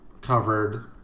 covered